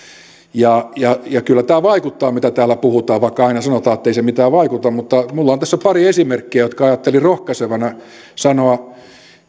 ja ja kyllä tämä vaikuttaa mitä täällä puhutaan vaikka aina sanotaan ettei se mitään vaikuta minulla on tässä pari esimerkkiä jotka ajattelin sanoa